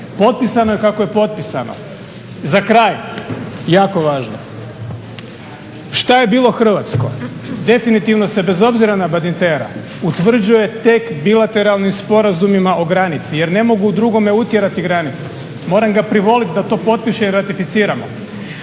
Potpisano je kako je potpisano. Za kraj jako važno. Šta je bilo hrvatsko? Definitivno se bez obzira na Badintera utvrđuje tek bilateralnim sporazumima o granici jer ne mogu drugome utjerati granicu. Moram ga privolit da to potpiše i ratificiramo.